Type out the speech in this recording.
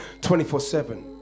24-7